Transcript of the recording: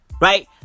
Right